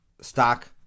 stock